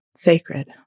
Sacred